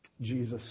Jesus